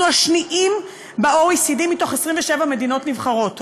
אנחנו השניים ב-OECD מתוך 27 מדינות נבחרות,